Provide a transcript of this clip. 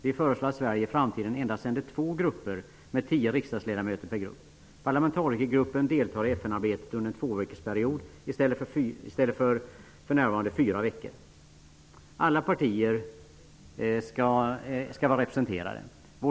Vi föreslår att Sverige i framtiden endast sänder två grupper med tio riksdagsledamöter i varje. Parlamentarikergruppen skall delta i FN arbetet under en tvåveckorsperiod i stället för fyra veckor som nu är fallet. Alla partier skall vara representerade i gruppen.